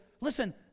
listen